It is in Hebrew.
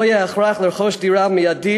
לא יהיה הכרח לרכוש דירה מייד,